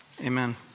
Amen